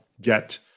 get